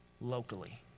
locally